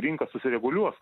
rinka susireguliuos